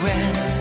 end